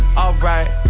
alright